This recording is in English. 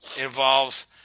involves